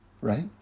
right